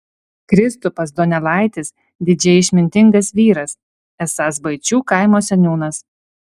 kristupas donelaitis didžiai išmintingas vyras esąs baičių kaimo seniūnas